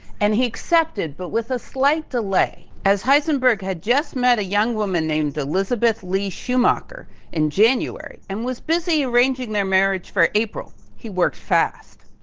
and he accepted but with a slight delay, as heisenberg had just met a young woman named elizabeth li schumacher in january and was busy arranging their marriage for april. he worked fast.